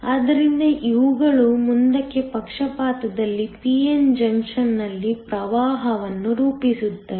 ಆದ್ದರಿಂದ ಇವುಗಳು ಮುಂದಕ್ಕೆ ಪಕ್ಷಪಾತದಲ್ಲಿ p n ಜಂಕ್ಷನ್ನಲ್ಲಿ ಪ್ರವಾಹವನ್ನು ರೂಪಿಸುತ್ತವೆ